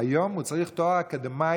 היום הוא צריך תואר אקדמאי.